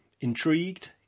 Intrigued